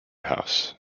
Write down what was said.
house